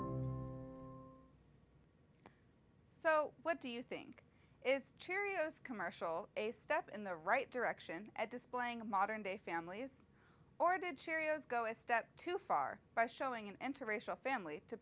and so what do you think is cheerios commercial a step in the right direction at displaying a modern day families or did cheerios go a step too far by showing an interracial family to